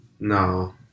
No